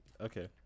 Okay